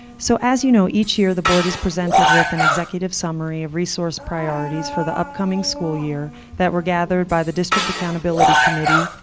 so as you know, each year the board is presented with an executive summary of resource priorities for the upcoming school year that were gathered by the district accountability committee,